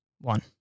one